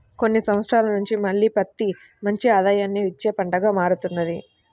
కొన్ని సంవత్సరాల నుంచి మళ్ళీ పత్తి మంచి ఆదాయాన్ని ఇచ్చే పంటగా మారుతున్నది